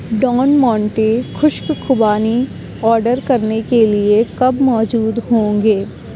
Dawn Monte خشک خوبانی order کرنے کے لیے کب موجود ہوں گے